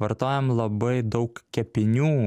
vartojam labai daug kepinių